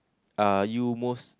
are you most